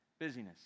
busyness